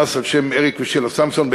פרס על שם אריק ושילה סמסון,